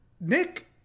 nick